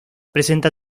presenta